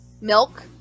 Milk